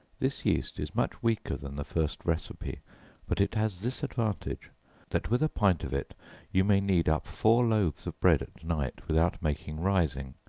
this yeast is much weaker than the first receipt but it has this advantage that with a pint of it you may knead up four loaves of bread at night without making rising.